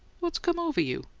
what's come over you?